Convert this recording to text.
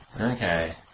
Okay